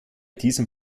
diesem